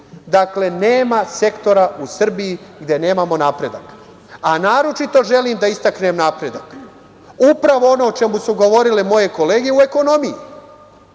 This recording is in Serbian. nema sektora u Srbiji gde nemamo napredak. Naročito želim da istaknem napredak, upravo ono o čemu su govorile moje kolege u ekonomiji.